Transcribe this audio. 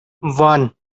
one